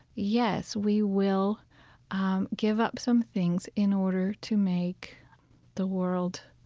yes, we will um give up some things in order to make the world